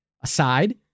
aside